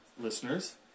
listeners